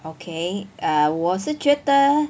okay err 我是觉得